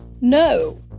No